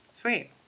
Sweet